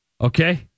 Okay